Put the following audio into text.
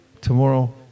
tomorrow